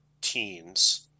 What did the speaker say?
teens